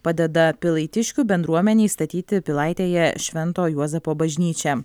padeda pilaitiškių bendruomenei statyti pilaitėje švento juozapo bažnyčią